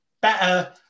better